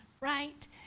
right